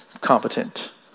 competent